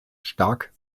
stark